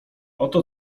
oto